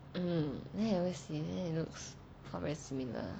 mmhmm then I ever see then it looks not very similar